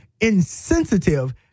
insensitive